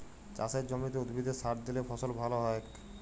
চাসের জমিতে উদ্ভিদে সার দিলে ফসল ভাল হ্য়য়ক